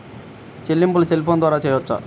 చెల్లింపులు cell phone ద్వారా చేయవచ్చా?